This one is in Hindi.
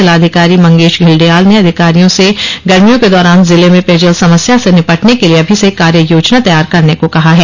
जिलाधिकारी मंगेश घिल्डियाल ने अधिकारियों से गर्मियों के दौरान जिले में पेयजल समस्या से निपटने के लिए अभी से कार्ययोजना तैयार करने को कहा है